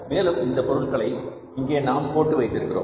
மேலும் இந்தப் பொருட்களை இங்கே நாம் போட்டு வைக்கிறோம்